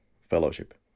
fellowship